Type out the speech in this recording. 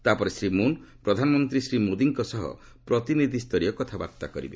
ତା ପରେ ଶ୍ରୀ ମୁନ୍ ପ୍ରଧାନମନ୍ତ୍ରୀ ଶ୍ରୀ ମୋଦୀଙ୍କ ସହ ପ୍ରତିନିଧି ସ୍ତରୀୟ କଥାବାର୍ତ୍ତା କରିବେ